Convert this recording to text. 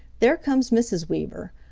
there comes mrs. weaver.